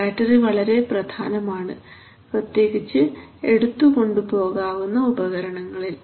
battery വളരെ പ്രധാനമാണ് പ്രത്യേകിച്ച് എടുത്തു കൊണ്ടുപോകാവുന്ന ഉപകരണങ്ങളിൽ